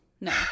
no